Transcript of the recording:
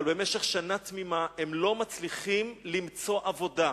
אבל, במשך שנה תמימה הם לא מצליחים למצוא עבודה,